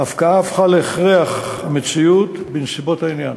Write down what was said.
ההפקעה הפכה להכרח המציאות בנסיבות העניין.